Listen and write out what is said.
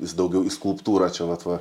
is daugiau į skulptūrą čia vat va